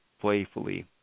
playfully